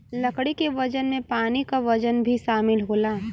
लकड़ी के वजन में पानी क वजन भी शामिल होला